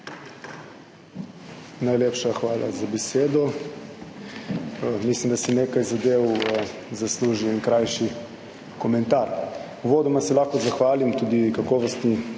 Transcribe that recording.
Najlepša hvala za besedo. Mislim, da si nekaj zadev zasluži en krajši komentar. Uvodoma se lahko zahvalim tudi kakovostni